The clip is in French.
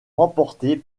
remportées